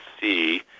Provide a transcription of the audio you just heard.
see